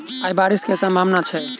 आय बारिश केँ सम्भावना छै?